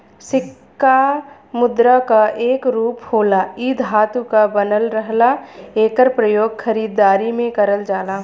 सिक्का मुद्रा क एक रूप होला इ धातु क बनल रहला एकर प्रयोग खरीदारी में करल जाला